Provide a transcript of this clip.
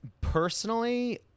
Personally